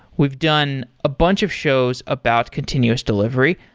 we've done a bunch of shows about continuous delivery.